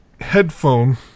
headphone